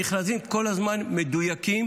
המכרזים כל הזמן מדויקים,